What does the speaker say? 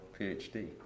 PhD